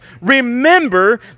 Remember